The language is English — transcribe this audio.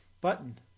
button